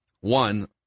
One